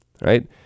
right